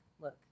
look